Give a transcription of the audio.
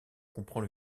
comprend